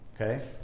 Okay